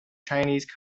chinese